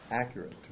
accurate